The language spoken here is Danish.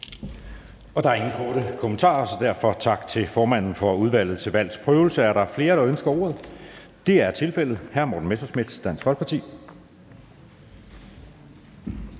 Der er ingen korte bemærkninger, så derfor tak til formanden for Udvalget til Valgs Prøvelse. Er der flere, der ønsker ordet? Det er tilfældet. Hr. Morten Messerschmidt, Dansk Folkeparti.